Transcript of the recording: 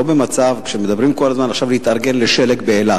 במצב שמדברים כל הזמן על להתארגן לשלג באילת,